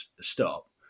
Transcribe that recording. stop